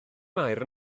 mair